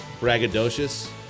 braggadocious